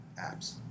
apps